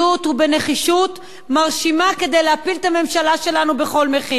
ובנחישות מרשימה כדי להפיל את הממשלה שלנו בכל מחיר.